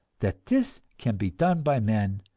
that this can be done by men,